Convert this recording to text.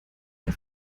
der